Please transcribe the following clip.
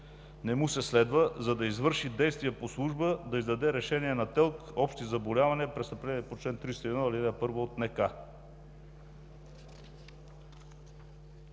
не му се следва, за да извърши действия по служба, да издаде решение на ТЕЛК – общи заболявания, престъпление по чл. 301, ал. 1 от НК.